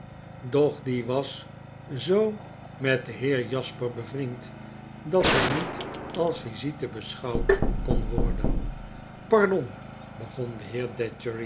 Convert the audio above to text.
doch die was zoo met den heer jasper bevriend dat hij niet als visite beschouwd kon worden pardon begon de